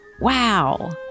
Wow